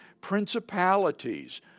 principalities